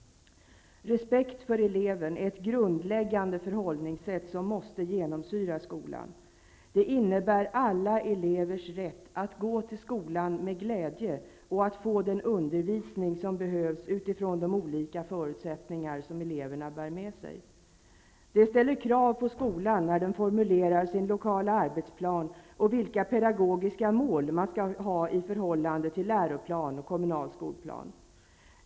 Respekten för eleven är ett grundläggande förhållningssätt som måste genomsyra skolan. Det innebär alla elevers rätt att gå till skolan med glädje och att få den undervisning som behövs utifrån de olika förutsättningar eleverna bär med sig. Det ställer krav på skolan när man formulerar den lokala arbetsplanen och de pedagogiska mål man skall ha i förhållande till läroplan och kommunal skolplan.